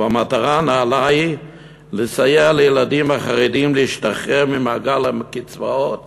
והמטרה הנעלה היא לסייע לילדים החרדים להשתחרר ממעגל הקצבאות